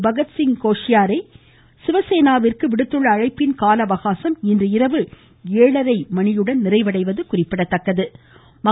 பகத்சிங் கோஷியாரே சிவசேனாவிற்கு விடுத்துள்ள அழைப்பின் கால அவகாசம் இன்று இரவு ஏழரை மணியுடன் நிறைவடைகிறது